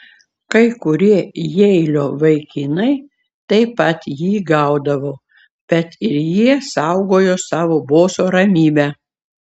kai kurie jeilio vaikinai taip pat jį gaudavo bet ir jie saugojo savo boso ramybę